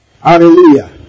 Hallelujah